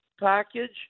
package